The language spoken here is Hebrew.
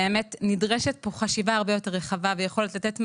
שבאמת נדרשת פה חשיבה הרבה יותר רחבה ויכולת לתת מענה,